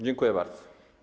Dziękuję bardzo.